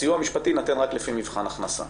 הסיוע המשפטי יינתן רק לפי מבחן הכנסה.